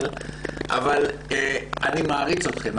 אבל אני מעריץ אתכן,